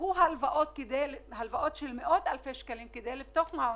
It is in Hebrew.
יש אנשים שלקחו הלוואות של מאות אלפי שקלים כדי לפתוח אותם.